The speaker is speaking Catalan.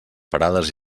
parades